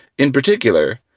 in particular,